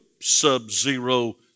sub-zero